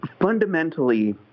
fundamentally